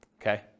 Okay